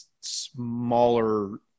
smaller